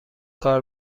کار